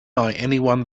anyone